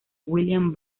william